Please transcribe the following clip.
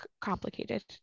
complicated